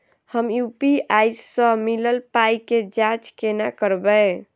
हम यु.पी.आई सअ मिलल पाई केँ जाँच केना करबै?